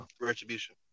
retribution